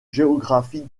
géographique